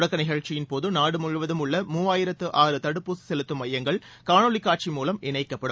தொடக்க நிகழ்ச்சியின்போது நாடு முழுவதும் உள்ள மூவாயிரத்து ஆறு தடுப்பூசி செலுத்தும் மையங்கள் காணொலி காட்சி மூவம் இணைக்கப்படும்